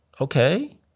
okay